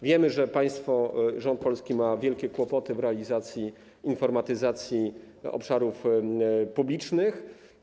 Wiemy, że państwo, polski rząd ma wielkie kłopoty w realizacji informatyzacji obszarów publicznych.